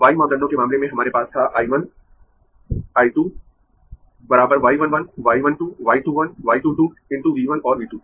y मापदंडों के मामले में हमारे पास था I 1 I 2 y 1 1 y 1 2 y 2 1 y 2 2 × V 1 और V 2